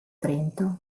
trento